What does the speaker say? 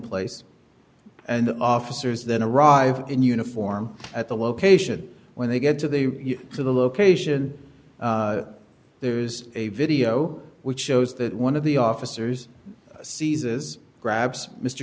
place and the officers then a rival in uniform at the location when they get to the to the location there's a video which shows that one of the officers seizes grabs mr